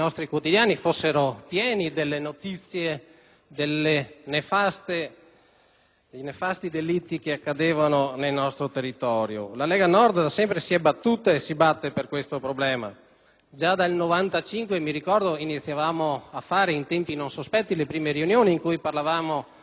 nefasti delitti che avvenivano nel nostro territorio. La Lega Nord da sempre si è battuta e si batte per questo problema. Ricordo che già nel 1995 iniziavamo a tenere, in tempi non sospetti, le prime riunioni in cui parlavamo dell'aumento indiscriminato della microcriminalità che derivava dall'ingresso